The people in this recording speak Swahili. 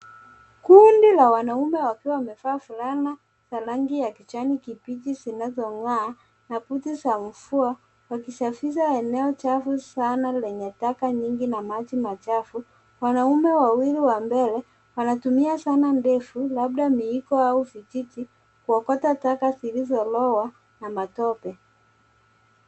Kundi la wanaume wakiwa wamevaa fulana za rangi ya kijani kibichi zinazong'aa, mabuti za mvua wakisafisha eneo chafu sana lenye tanka nyingi na maji machafu. Wanaume wawili wa mbele wanatumia zana ndefu labda mwiko au vijiti kuokota taka zilizoloa na matope.